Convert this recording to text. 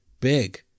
big